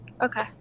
Okay